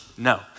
No